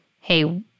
hey